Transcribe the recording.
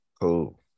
Cool